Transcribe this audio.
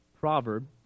proverb